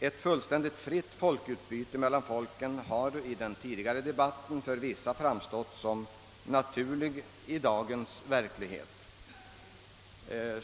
Ett fullständigt fritt folkutbyte mellan folken har i den tidigare debatten för vissa framstått som naturligt i dagens verklighet.